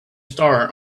star